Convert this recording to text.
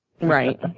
right